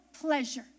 pleasure